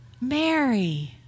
Mary